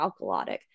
alkalotic